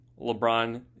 LeBron